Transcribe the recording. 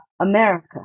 America